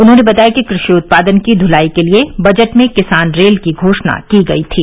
उन्होंने बताया कि कृषि उत्पादन की दुलाई के लिए बजट में किसान रेल की घोषणा की गई थी